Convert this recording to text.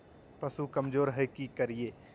पशु कमज़ोर है कि करिये?